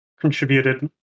contributed